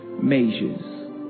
measures